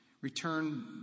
return